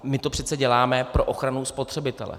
My to přece děláme pro ochranu spotřebitele.